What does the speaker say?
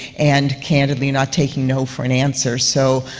and, candidly, not taking no for an answer. so,